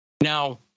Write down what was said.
Now